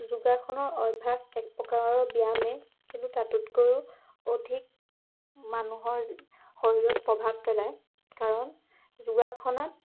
যোগাসনৰ অভ্যাস একপ্ৰকাৰৰ ব্যায়ামেই কিন্তু তাতোতকৈয়ো অধিক মানুহৰ শৰীৰত প্ৰভাৱ পেলায় কাৰণ যোগাসনত